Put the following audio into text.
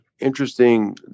interesting